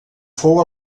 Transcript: fou